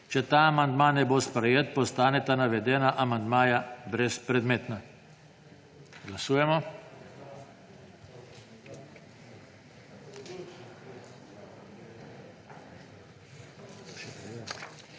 Če ta amandma je bo sprejet, postaneta navedena amandmaja brezpredmetna. Glasujemo.